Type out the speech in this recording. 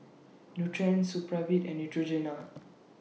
Nutren Supravit and Neutrogena